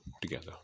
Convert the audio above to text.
together